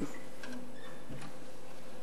פסי הרכבת.